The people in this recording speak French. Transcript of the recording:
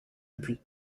depuis